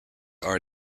are